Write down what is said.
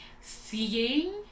seeing